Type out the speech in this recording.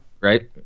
Right